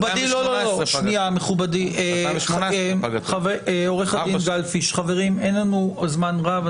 חה"כ בגין, עו"ד גלבפיש, חברים, אין לנו זמן רב.